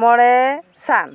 ᱢᱚᱬᱮ ᱥᱟᱱ